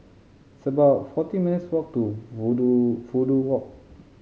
it's about forty minutes' walk to Fudu Fudu Walk